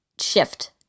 shift